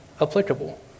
applicable